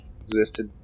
existed